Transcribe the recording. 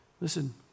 Listen